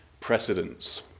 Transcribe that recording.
precedence